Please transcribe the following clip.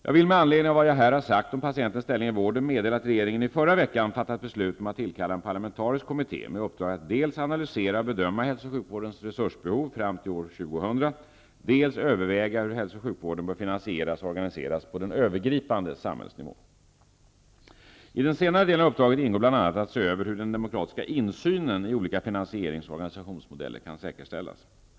Jag vill med anledning av vad jag här har sagt om patientens ställning i vården meddela att regeringen i förra veckan fattat beslut om att tillkalla en parlamentarisk kommitté med uppdrag att dels analysera och bedöma hälso och sjukvårdens resursbehov fram till år 2000, dels överväga hur hälso och sjukvården bör finansieras och organiseras på den övergripande samhällsnivån. I den senare delen av uppdraget ingår bl.a. att se över hur den demokratiska insynen i olika finansierings och organisationsmodeller kan säkerställas.